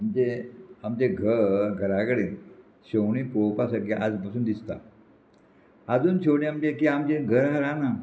म्हणजे आमचें घर घरा कडेन शेवणीं पोवपा सारकीं आज पासून दिसता आजून शेवणीं म्हणजे की आमचें घरा ना